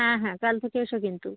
হ্যাঁ হ্যাঁ কাল থেকে এসো কিন্তু